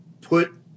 put